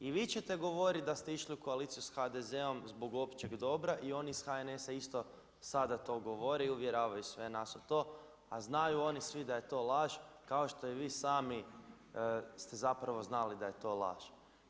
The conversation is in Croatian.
I vi ćete govorit da ste išli u koalicijom s HDZ-om zbog općeg dobra i oni iz HNS-a isto sada to govore i uvjeravaju sve nas u to, a znaju oni svi da je to laž, kao što i vi sami ste zapravo znali da je to laž.